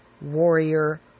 warrior